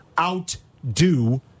outdo